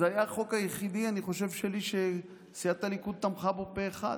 אני חושב שזה היה החוק היחיד שלי שסיעת הליכוד תמכה בו פה אחד.